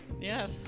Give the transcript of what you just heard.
Yes